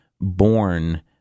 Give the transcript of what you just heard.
born